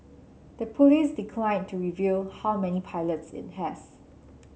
the police declined to reveal how many pilots it has